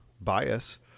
bias